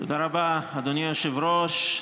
תודה רבה, אדוני היושב-ראש.